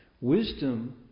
Wisdom